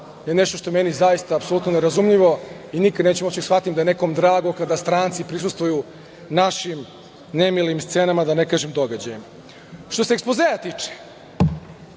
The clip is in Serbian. je nešto što je meni zaista apsolutno nerazumljivo i nikad neću moći da shvatim da je nekom drago kada stranci prisustvuju našim nemilim scenama, da ne kažem događajima. Što se ekspozea tiče,